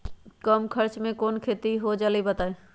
कम खर्च म कौन खेती हो जलई बताई?